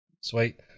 Sweet